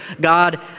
God